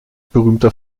berühmter